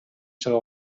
чыга